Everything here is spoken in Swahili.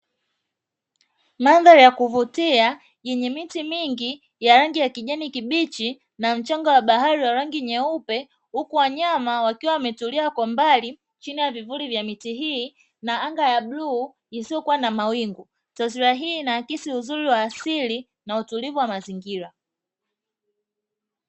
Mandhari ya kuvutia yenye miti mingi ya rangi ya kijani kibichi na mchanga wa bahari wa rangi nyeupe, huku wanyama wakiwa wametulia kwa mbali chini ya vivuli vya miti hii na anga la bluu lisilokua na mawingu. Taswira hii inaakisi uzuri wa asili na utulivu wa mazingira